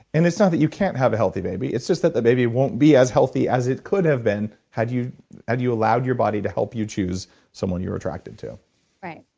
and it's not that you can't have a healthy baby. it's just that the baby won't be as healthy as it could have been had you had you allowed your body to help you choose someone you're attracted to right.